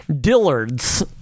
Dillard's